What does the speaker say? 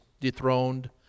dethroned